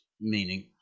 meaning